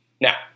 Now